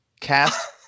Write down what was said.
cast